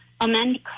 amend